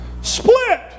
split